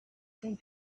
thing